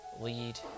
lead